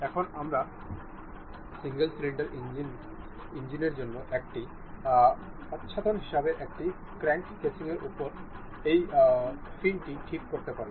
এখন আমরা single cylinder ইঞ্জিনের জন্য একটি আচ্ছাদন হিসাবে এই ক্র্যাঙ্ক কেসিংয়ের উপর এই ফিনটি ঠিক করতে পারি